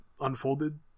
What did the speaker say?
unfolded